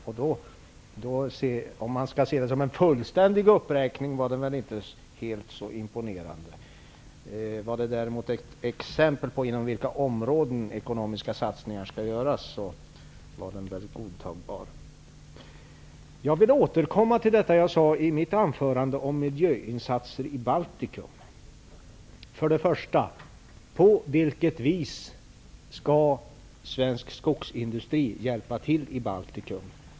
Om man skall se den som en fullständig uppräkning var den inte helt imponerande. Som exempel på de områden där ekonomiska satsningar skall göras, däremot, var den väl godtagbar. Jag vill återkomma till det jag sade i mitt anförande om miljöinsatser i Baltikum. För det första: På vilket vis skall svensk skogsindustri hjälpa till i Baltikum?